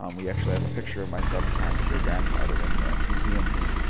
um we actually have a picture of my seven-times great grandfather in the museum here.